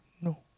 No